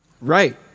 Right